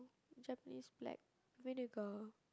Japanese black vinegar